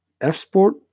F-Sport